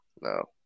No